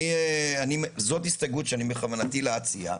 זאת הסתייגות שאני בכוונתי להציע.